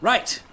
Right